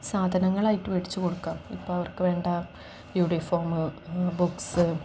സാധനങ്ങളായിട്ട് മേടിച്ചു കൊടുക്കാം ഇപ്പം അവർക്കു വേണ്ട യൂണിഫോം ബുക്സ്